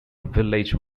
village